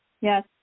Yes